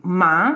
ma